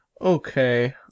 Okay